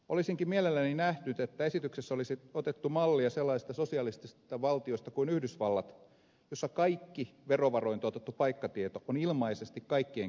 olisinkin mielelläni nähnyt että esityksessä olisi otettu mallia sellaisesta sosialistisesta valtiosta kuin yhdysvallat jossa kaikki verovaroin tuotettu paikkatieto on ilmaiseksi kaikkien käytettävissä